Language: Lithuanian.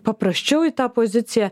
paprasčiau į tą poziciją